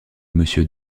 monsieur